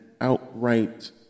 outright